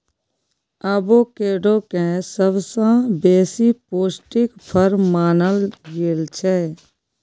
avocado केँ सबसँ बेसी पौष्टिक फर मानल गेल छै